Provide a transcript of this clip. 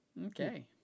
Okay